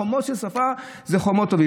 חומות של שפה הן חומות טובות.